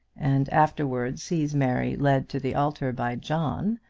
and afterwards sees mary led to the altar by john,